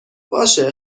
باشه